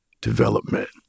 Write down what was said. development